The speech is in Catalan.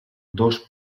dos